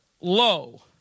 low